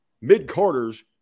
mid-quarters